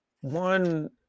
one